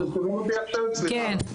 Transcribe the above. אתם שומעים אותי עכשיו, סליחה.